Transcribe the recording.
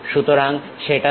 সুতরাং সেটা করা যাক